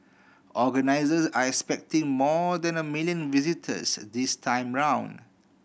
organisers are expecting more than a million visitors this time round